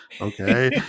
okay